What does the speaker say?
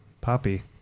poppy